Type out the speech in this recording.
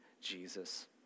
Jesus